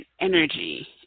energy